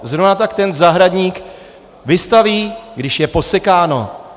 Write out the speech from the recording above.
Zrovna tak ten zahradník vystaví, když je posekáno.